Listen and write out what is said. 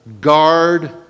guard